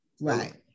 right